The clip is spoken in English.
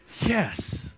yes